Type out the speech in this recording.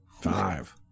Five